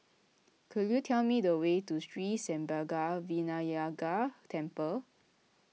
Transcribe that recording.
could you tell me the way to Sri Senpaga Vinayagar Temple